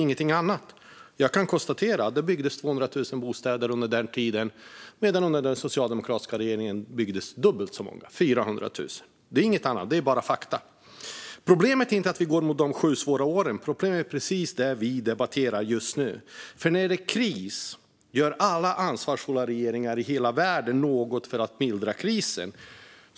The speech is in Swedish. Under den tiden byggdes 200 000 bostäder, medan det under den socialdemokratiska regeringens tid byggdes dubbelt så många - 400 000. Det handlar inte om något annat. Det är bara fakta. Problemet är inte att vi går mot de sju svåra åren. Problemet är precis det vi debatterar just nu; när det är kris gör alla ansvarsfulla regeringar i hela världen något för att mildra krisen.